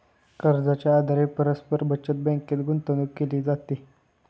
कर्जाच्या आधारे परस्पर बचत बँकेत गुंतवणूक केली जाते